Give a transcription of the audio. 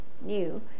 new